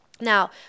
Now